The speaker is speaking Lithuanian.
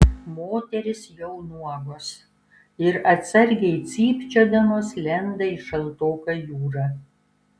moterys jau nuogos ir atsargiai cypčiodamos lenda į šaltoką jūrą